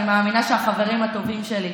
אני מאמינה שהחברים הטובים שלי,